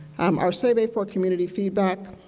um our survey for community feedback,